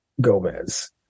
Gomez